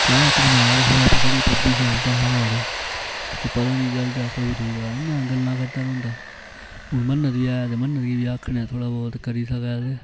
चलाया धरमाड़ थोह्ड़ा फ्ही छड़ी पबजी खेलदा हा नोआढ़े च उस्सी पता निं चलदा सौह्री दा इ'यां गल्लां करदा रौंह्दा हा हून मन्नत बी आया ते मन्नत गी बी आखने आं थोह्ड़ा बोह्त करी सकदा ऐ ते